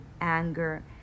anger